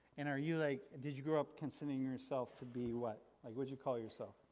and are you like, did you grow up considering yourself to be what? like would you call yourself?